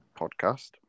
podcast